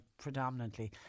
predominantly